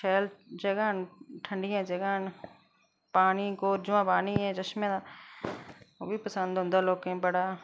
शैल जगहां न ठंडियां जगहां न पानी कोरजुआं पानी ऐ चश्में दा ओह् बी पसंद औंदा लोकें ई बड़ा